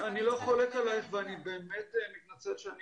אני לא חולק עלייך ואני באמת מתנצל שאני